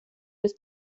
was